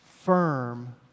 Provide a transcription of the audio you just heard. firm